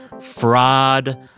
fraud